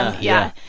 yeah.